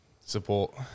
support